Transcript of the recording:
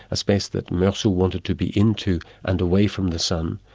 a space that merceau wanted to be into and away from the sun.